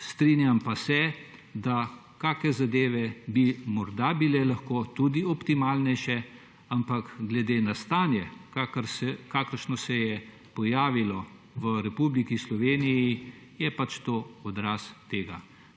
Strinjam pa se, da bi kakšne zadeve morda lahko bile tudi optimalnejše, ampak glede na stanje, kakršno se je pojavilo v Republiki Sloveniji, je to pač odraz tega.